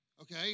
Okay